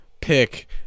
pick